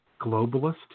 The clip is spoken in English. globalist